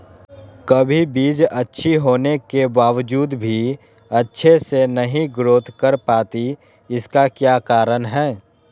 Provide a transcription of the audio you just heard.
कभी बीज अच्छी होने के बावजूद भी अच्छे से नहीं ग्रोथ कर पाती इसका क्या कारण है?